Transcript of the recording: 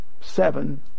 seven